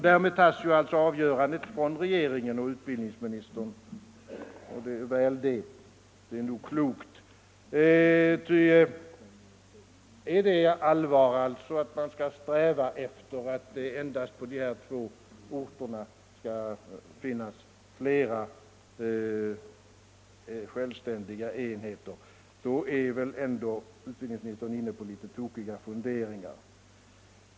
Därmed tas alltså avgörandet från regeringen och utbildningsministern. Det är nog klokt, ty är det allvar att man skall sträva efter att det endast i Stockholm och Göteborg skall finnas flera självständiga enheter, då är utbildningsministern ändå inne på litet tokiga funderingar.